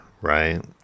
right